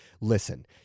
listen